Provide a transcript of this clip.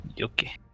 Okay